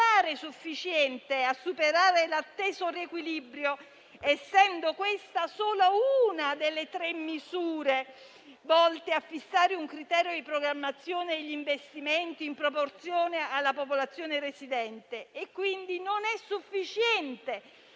sufficiente a operare l'atteso riequilibrio, essendo questa solo una delle tre misure volte a fissare un criterio di programmazione degli investimenti in proporzione alla popolazione residente; quindi non sufficiente